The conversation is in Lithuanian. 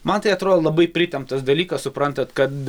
man tai atrodo labai pritemptas dalykas suprantat kad